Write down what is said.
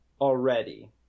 already